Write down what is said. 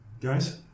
Guys